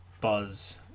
buzz